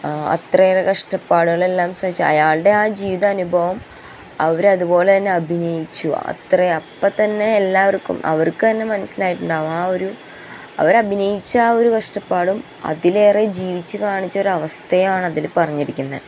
അത്രയേറെ കഷ്ടപ്പാടുകളെല്ലാം സഹിച്ച് അയാളുടെ ആ ജീവിതാനുഭവം അവരതുപോലെ തന്നെ അഭിനയിച്ചു അത്രയാ അപ്പം തന്നെ എല്ലാവര്ക്കും അവർക്ക് തന്നെ മനസിലയിട്ടുണ്ടാവും ആ ഒരു അവർ അഭിനയിച്ച ആ ഒരു കഷ്ടപ്പാടും അതിലേറെ ജീവിച്ചു കാണിച്ച ഒരവസ്ഥയാണ് അതില് പറഞ്ഞിരിക്കുന്നത്